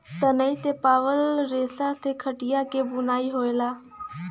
सनई से पावल रेसा से खटिया क बुनाई होला